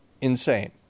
insane